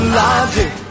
logic